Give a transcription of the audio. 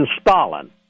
Stalin